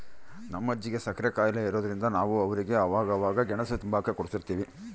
ನಮ್ ಅಜ್ಜಿಗೆ ಸಕ್ರೆ ಖಾಯಿಲೆ ಇರಾದ್ರಿಂದ ನಾವು ಅವ್ರಿಗೆ ಅವಾಗವಾಗ ಗೆಣುಸು ತಿಂಬಾಕ ಕೊಡುತಿರ್ತೀವಿ